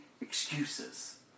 excuses